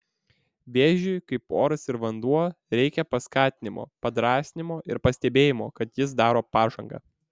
vėžiui kaip oras ir vanduo reikia paskatinimo padrąsinimo ir pastebėjimo kad jis daro pažangą